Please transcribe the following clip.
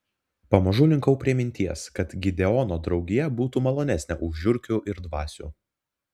pamažu linkau prie minties kad gideono draugija būtų malonesnė už žiurkių ir dvasių